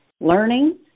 learning